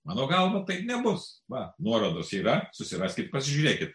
mano galva tai nebus va nuorodos yra susiraskit pažiūrėkit